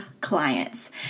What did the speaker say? clients